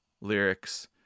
lyrics